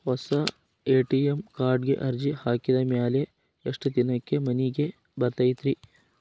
ಹೊಸಾ ಎ.ಟಿ.ಎಂ ಕಾರ್ಡಿಗೆ ಅರ್ಜಿ ಹಾಕಿದ್ ಮ್ಯಾಲೆ ಎಷ್ಟ ದಿನಕ್ಕ್ ಮನಿಗೆ ಬರತೈತ್ರಿ?